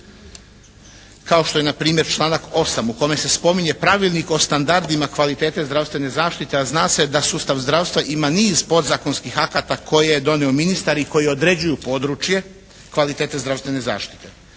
kao što je npr. članak 8. u kojem se spominje Pravilnik o standardima kvalitete zdravstvene zaštite, a zna se da sustav zdravstva ima niz podzakonskih akta koje je donio ministar i koji određuju područje kvalitete zdravstvene zaštite.